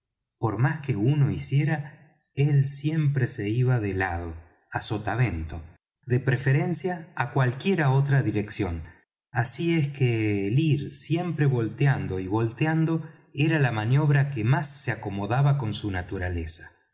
por más que uno hiciera él siempre se iba de lado á sotavento de preferencia á cualquiera otra dirección así es que el ir siempre volteando y volteando era la maniobra que más se acomodaba con su naturaleza